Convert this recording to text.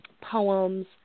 poems